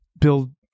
build